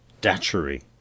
Datchery